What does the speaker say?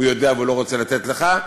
הוא יודע ולא רוצה לתת לך,